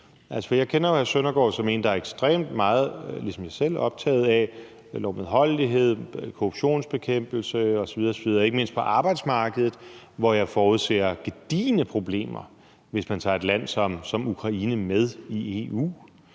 som en, der ligesom jeg selv er ekstremt optaget af lovmedholdelighed, korruptionsbekæmpelse osv. osv. ikke mindst på arbejdsmarkedet, hvor jeg forudser gedigne problemer, hvis man tager et land som Ukraine med i EU.